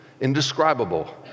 indescribable